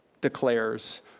declares